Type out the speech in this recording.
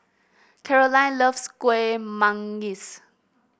Caroline loves Kueh Manggis